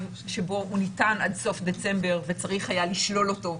שבו הוא ניתן עד סוף דצמבר וצריך היה לשלול אותו,